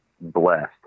blessed